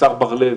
מהשר בר-לב,